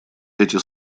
эти